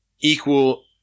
equal